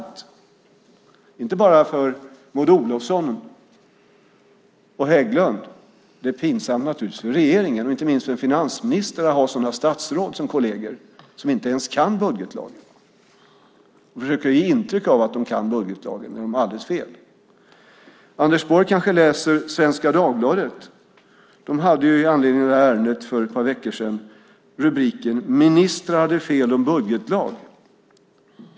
Det är pinsamt inte bara för Maud Olofsson och för Hägglund utan det är naturligtvis pinsamt också för regeringen och inte minst för finansministern att ha sådana statsråd som kolleger, som inte ens kan budgetlagen. De försöker ge intryck av att de kan budgetlagen, men de har alldeles fel. Anders Borg kanske läser Svenska Dagbladet. Där hade man för ett par veckor sedan med anledning av det här ärendet rubriken: "Minister hade fel om budgetlag.